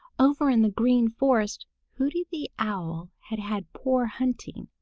over in the green forest hooty the owl had had poor hunting,